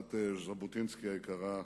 משפחת ז'בוטינסקי היקרה,